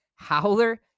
Howler